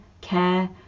care